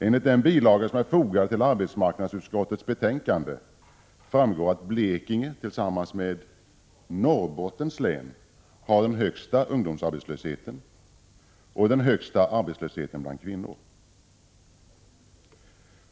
Enligt den bilaga som är fogad till arbetsmarknadsutskottets betänkande framgår att Blekinge tillsammans med Norrbottens län har den högsta ungdomsarbetslösheten och den högsta arbetslösheten bland kvinnor.